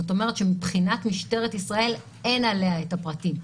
זאת אומרת שמבחינת משטרת יראל אין עליה את הפרטים,